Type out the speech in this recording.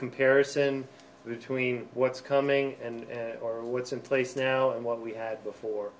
comparison between what's coming and what's in place now and what we had before